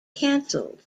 cancelled